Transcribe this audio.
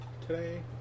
today